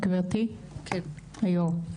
גבירתי היו"ר.